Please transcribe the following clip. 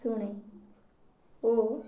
ଶୁଣେ ଓ